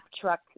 truck